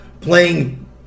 playing